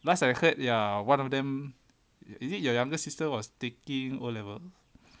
last time I heard ya one of them is it your younger sister was taking O level